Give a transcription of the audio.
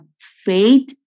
faith